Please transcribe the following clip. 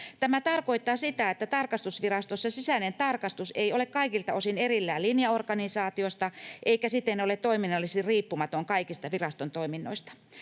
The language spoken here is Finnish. Tämä tarkoittaa sitä, että tarkastusvirastossa sisäinen tarkastus ei ole kaikilta osin erillään linjaorganisaatiosta eikä siten ole toiminnallisesti riippumaton kaikista viraston toiminnoista.